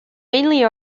mainly